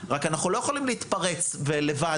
רק אנחנו לא יכולים להתפרץ לבד,